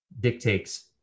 dictates